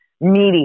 media